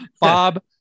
Bob